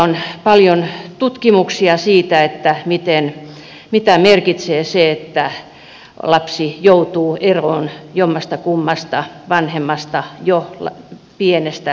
on paljon tutkimuksia siitä mitä merkitsee se kun lapsi joutuu eroon jommastakummasta vanhemmasta jo pienestä lähtien